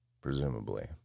presumably